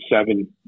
seven